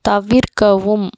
தவிர்க்கவும்